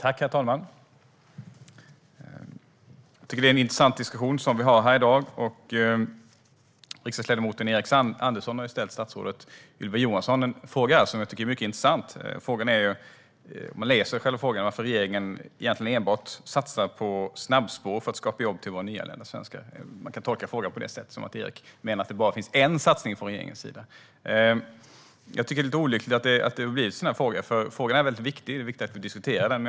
Herr talman! Jag tycker att det är en intressant diskussion vi har här i dag. Riksdagsledamoten Erik Andersson har ställt en fråga till statsrådet Ylva Johansson som jag tycker är mycket intressant: varför regeringen enbart satsar på snabbspår för att skapa jobb till våra nyanlända svenskar. Man kan tolka frågan som att Erik menar att det bara finns en satsning från regeringens sida. Jag tycker att en sådan fråga är lite olycklig, för det är viktigt att diskutera detta.